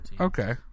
Okay